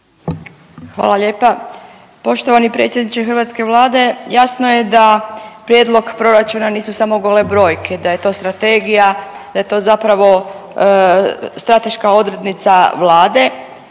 Hvala lijepa. Poštovani predsjedniče hrvatske vlade, jasno je da prijedlog proračuna nisu samo gole brojke, da je to strategija, da je to zapravo strateška odrednica vlade,